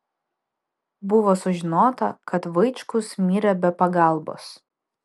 buvo sužinota kad vaičkus mirė be pagalbos